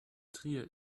trier